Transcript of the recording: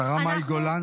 השרה מאי גולן,